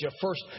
first